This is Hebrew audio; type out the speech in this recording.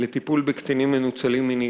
לטיפול בקטינים מנוצלים מינית.